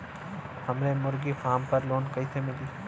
हमरे मुर्गी फार्म पर लोन कइसे मिली?